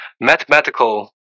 mathematical